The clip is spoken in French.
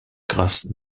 grâce